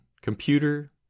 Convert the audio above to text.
computer